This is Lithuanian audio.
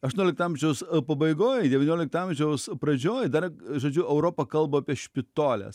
aštuoniolikto amžiaus pabaigoj devyniolikto amžiaus pradžioj dar žodžiu europa kalba apie špitoles